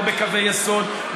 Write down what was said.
לא בקווי יסוד,